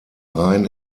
rhein